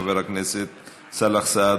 חבר הכנסת סלאח סעד,